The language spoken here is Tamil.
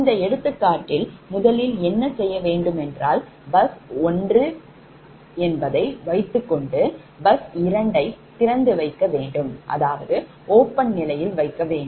இந்த எடுத்துக்காட்டில் முதலில் என்ன செய்ய வேண்டும் என்றால் bus 1 வைத்துக்கொண்டு bus 2 யை திறந்து வைக்க வேண்டும் அதாவது open நிலையில் வைக்க வேண்டும்